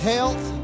Health